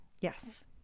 yes